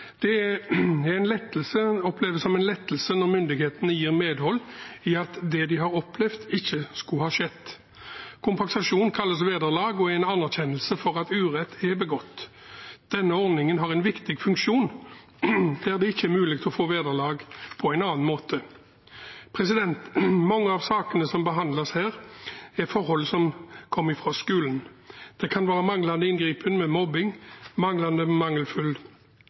Det oppleves som en lettelse når myndighetene gir medhold i at det man har opplevd, ikke skulle skjedd. Kompensasjonen kalles vederlag, og er en anerkjennelse for at urett er begått. Denne ordningen har en viktig funksjon der det ikke er mulig å få vederlag på annen måte. Mange av sakene som behandles her, er forhold som kommer fra skolen. Det kan være manglende inngripen ved mobbing, mangelfull eller manglende